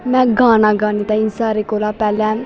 में गाना गाने ताईं सारे कोला पैह्लें